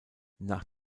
nach